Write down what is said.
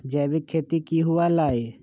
जैविक खेती की हुआ लाई?